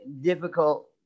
difficult